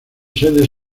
sede